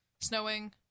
snowing